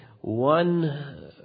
one